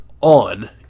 on